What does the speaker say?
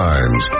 Times